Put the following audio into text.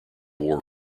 war